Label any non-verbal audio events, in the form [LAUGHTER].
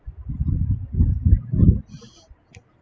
[LAUGHS]